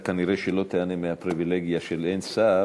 אתה כנראה לא תיהנה מהפריבילגיה שאין שר.